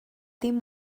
dim